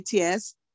ATS